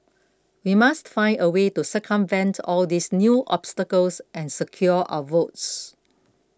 we must find a way to circumvent all these new obstacles and secure our votes